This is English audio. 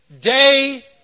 day